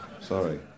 Sorry